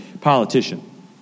politician